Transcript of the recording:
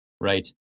right